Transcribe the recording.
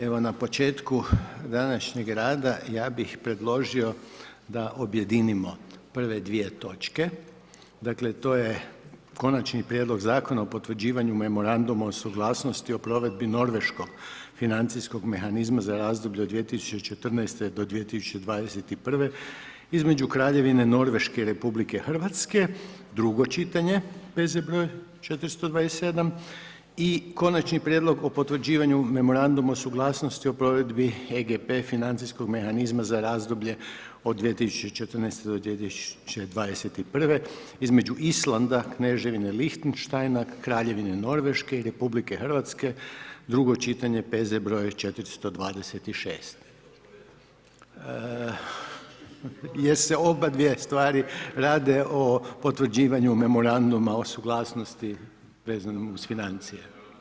Evo na početku današnjeg rada, ja bih predložio da objedinimo prve dvije točke, dakle to je: - Konačni prijedlog Zakona o potvrđivanju memoranduma o suglasnosti o provedbi norveškog financijskog mehanizma za razdoblje od 2014. do 2021. između Kraljevine Norveške i Republike Hrvatske, drugo čitanje, P.Z. br. 427 - Konačni prijedlog Zakona o potvrđivanju memoranduma o suglasnosti o provedbi EGP financijskog mehanizma za razdoblje od 2014. do 2021. između Islanda, Kneževine Lihtenštajna, Kraljevine Norveške i Republike Hrvatske, drugo čitanje, P.Z. 426 Jer se oba dvije stvari rade o potvrđivanju memoranduma o suglasnosti vezano uz financije.